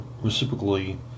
reciprocally